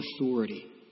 authority